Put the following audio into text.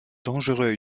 dangereux